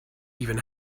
even